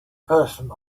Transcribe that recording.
person